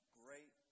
great